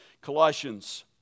Colossians